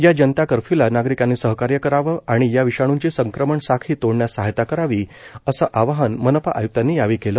या जनता कर्फ्यूला नागरिकांनी सहकार्य करावं आणि या विषाणूची संक्रमण साखळी तोडण्यास सहायता करावी असं आवाहन मनपा आयुक्तांनी यावेळी केलं